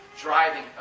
driving